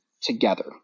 together